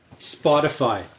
Spotify